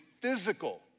physical